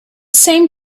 same